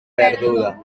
perduda